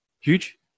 Huge